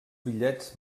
bitllets